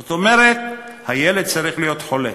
זאת אומרת, הילד צריך להיות חולה,